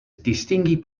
distingi